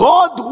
God